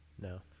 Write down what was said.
no